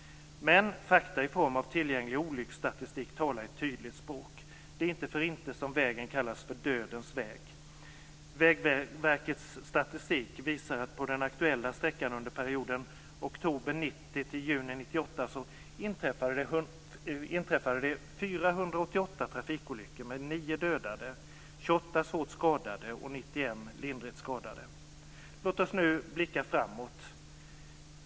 Men fakta i form av tillgänglig olycksstatistik talar ett tydligt språk. Det är inte för inte som vägen kallas Dödens väg. Vägverkets statistik visar att på den aktuella sträckan under perioden oktober 1990-juni 1998 inträffade det 488 Låt oss nu blicka framåt.